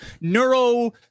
neuro